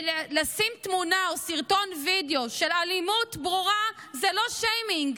לשים תמונה או סרטון וידיאו של אלימות ברורה זה לא שיימינג,